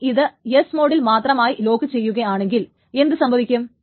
ഇനി ഇത് ട മോഡിൽ മാത്രമായി ലോക്കുചെയ്യുകയാണെങ്കിൽ എന്തു സംഭവിക്കും